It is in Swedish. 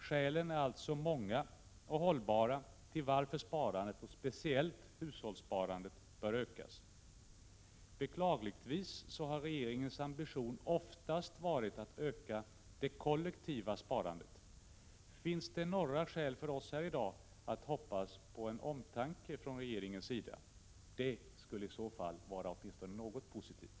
Skälen till varför sparandet, och speciellt hushållssparandet, bör öka är alltså många och hållbara. Regeringens ambition har beklagligtvis oftast varit att öka det kollektiva sparandet. Finns det några skäl för oss här i dag att hoppas på att man från regeringens sida tänker om? Det skulle i så fall åtminstone vara något positivt.